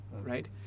right